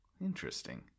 interesting